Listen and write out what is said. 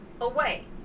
away